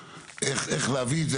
איך להביא את זה,